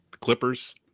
Clippers